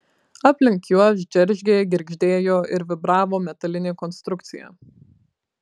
aplink juos džeržgė girgždėjo ir vibravo metalinė konstrukcija